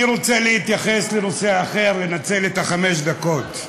אני רוצה להתייחס לנושא אחר, לנצל את חמש הדקות,